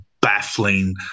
baffling